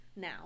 now